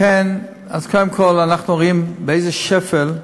לכן, קודם כול, אנחנו רואים באיזה שפל,